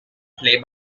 play